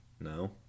No